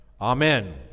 Amen